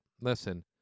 Listen